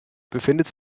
befindet